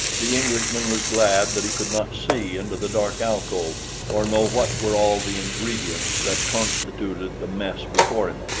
the englishman was glad that he could not see into the dark alcove or know what were all the ingredients that constituted the mess before him,